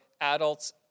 adults